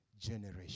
generation